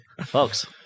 folks